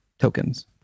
tokens